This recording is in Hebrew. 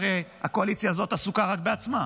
הקואליציה הזאת עסוקה רק בעצמה,